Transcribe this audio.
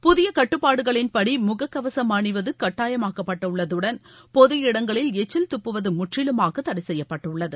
புதியக் கட்டுப்பாடுகளின்படி முகக்கவசம் அணிவது கட்டாயமாக்கப்பட்டுள்ளதுடன் பொது இடங்களில் எச்சில் துப்புவது முற்றிலுமாக தடை செய்யப்பட்டுள்ளது